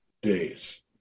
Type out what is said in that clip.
days